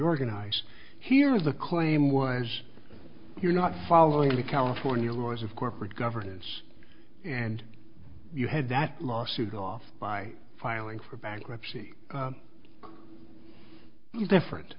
ghanaians here is the claim was you're not following the california laws of corporate governance and you had that lawsuit off by filing for bankruptcy he's different